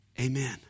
amen